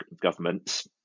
governments